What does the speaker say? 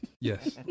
Yes